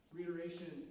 Reiteration